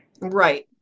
Right